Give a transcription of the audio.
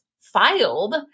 filed